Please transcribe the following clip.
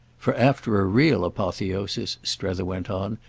for after a real apotheosis, strether went on,